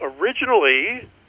originally